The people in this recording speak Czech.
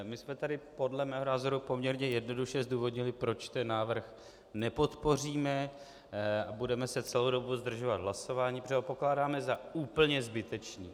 My jsme tady podle mého názoru poměrně jednoduše zdůvodnili, proč návrh nepodpoříme a budeme se celou dobu zdržovat hlasování, protože ho pokládáme za úplně zbytečný.